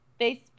Facebook